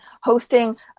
hosting